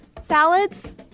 Salads